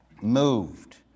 moved